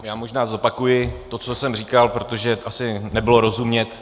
Já možná zopakuji to, co jsem říkal, protože asi nebylo rozumět.